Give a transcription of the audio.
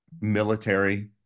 military